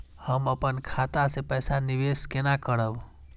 हम अपन खाता से पैसा निवेश केना करब?